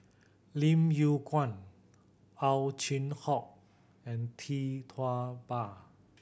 Lim Yew Kuan Ow Chin Hock and Tee Tua Ba